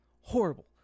Horrible